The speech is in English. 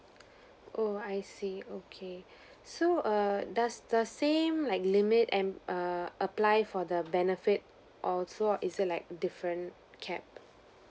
oh I see okay so err does the same like limit app~ err apply for the benefit also or is there like different cap